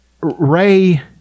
Ray